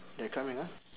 they are coming ah